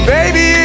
Baby